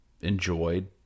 enjoyed